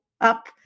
up